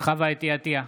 חוה אתי עטייה,